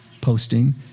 posting